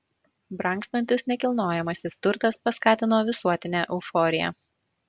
brangstantis nekilnojamasis turtas paskatino visuotinę euforiją